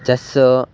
chess